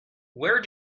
where